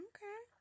Okay